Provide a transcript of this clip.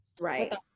right